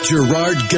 Gerard